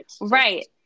right